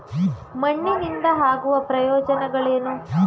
ಮಣ್ಣಿನಿಂದ ಆಗುವ ಪ್ರಯೋಜನಗಳೇನು?